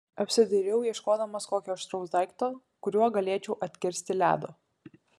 apsidairiau ieškodamas kokio aštraus daikto kuriuo galėčiau atkirsti ledo